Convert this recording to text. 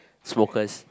smokers